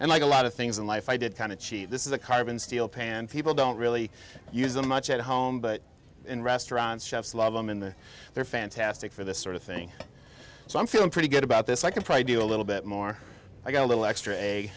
and like a lot of things in life i did kind of cheap this is a carbon steel pan people don't really use them much at home but in restaurants chefs a lot of them in the they're fantastic for this sort of thing so i'm feeling pretty good about this i can probably do a little bit more i got a little extra